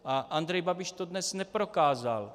A Andrej Babiš to dnes neprokázal.